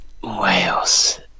Wales